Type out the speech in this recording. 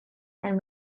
and